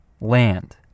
Land